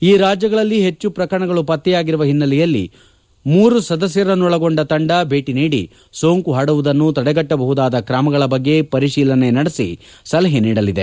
ಈ ರಾಜ್ಯಗಳಲ್ಲಿ ಹೆಚ್ಚು ಪ್ರಕರಣಗಳು ಪತ್ತೆಯಾಗಿರುವ ಜಿಲ್ಲೆಗಳಿಗೆ ಮೂರು ಸದಸ್ಯರ ತಂಡ ಭೇಟ ನೀಡಿ ಸೋಂಕು ಪರಡುವುದನ್ನು ತಡೆಗಟ್ಟಬಹುದಾದ ವಿಧಗಳ ಬಗ್ಗೆ ಪರಿಶೀಲನೆ ನಡೆಸಿ ಸಲಹೆ ನೀಡಲಿದೆ